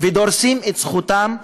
ודורסים את זכותם,